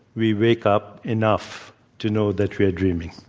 we wake up enough to know that we are dreaming.